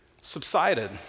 subsided